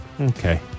Okay